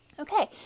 Okay